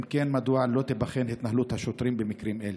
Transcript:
אם כן, מדוע לא תיבחן התנהלות השוטרים במקרים אלה?